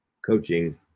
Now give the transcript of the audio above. Coaching